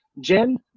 Jen